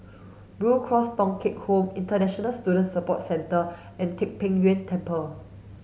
Blue Cross Thong Kheng Home International Student Support Centre and Tai Pei Yuen Temple